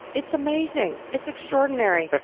it's amazing. it's extraordinary.